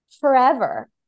forever